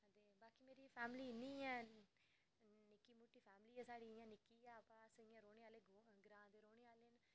ते बाकी मेरी फैमिली इन्नी ऐ निक्की मुट्टी फैमिली ऐ निक्की फैमिली ऐ बाऽ अस इंया रौहने ते रौहने आह्ले ग्रांऽ दे रौह्ने आह्ले